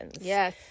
Yes